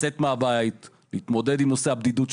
לצאת מהבית ולהתמודד עם נושא הבדידות,